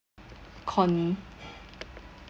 con~